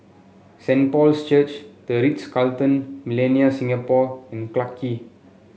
Saint Paul's Church The Ritz Carlton Millenia Singapore and Clarke Quay